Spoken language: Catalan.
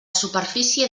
superfície